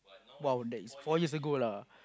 !wow! that is four years ago lah